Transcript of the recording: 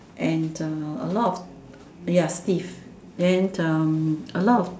and um a lot ya stiff